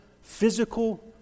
physical